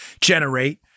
generate